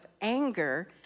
anger